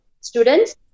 students